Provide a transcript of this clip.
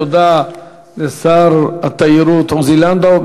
תודה לשר התיירות עוזי לנדאו.